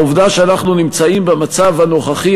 העובדה שאנחנו נמצאים במצב הנוכחי,